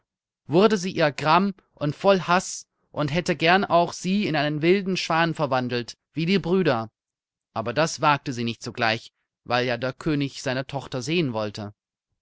wurde sie ihr gram und voll haß und hätte gern auch sie in einen wilden schwan verwandelt wie die brüder aber das wagte sie nicht sogleich weil ja der könig seine tochter sehen wollte